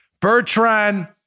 Bertrand